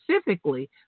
specifically